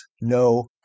no